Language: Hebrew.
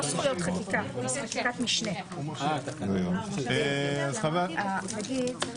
הישיבה ננעלה בשעה